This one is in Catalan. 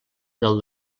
del